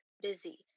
busy